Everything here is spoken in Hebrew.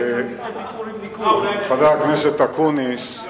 חבר הכנסת אקוניס,